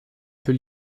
peut